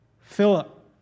Philip